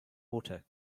water